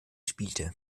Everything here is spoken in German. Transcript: spielte